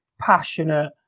passionate